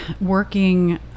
working